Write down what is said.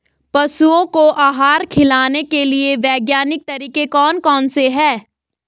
पशुओं को आहार खिलाने के लिए वैज्ञानिक तरीके कौन कौन से हैं?